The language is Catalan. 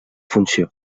funció